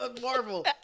Marvel